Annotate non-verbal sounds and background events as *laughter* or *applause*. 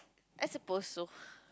I suppose so *noise*